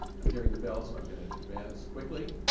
i'm hearing the bells, so i'm going to advance quickly.